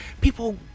people